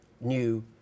new